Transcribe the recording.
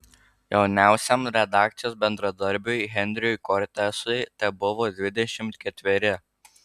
jauniausiam redakcijos bendradarbiui henriui kortesui tebuvo dvidešimt ketveri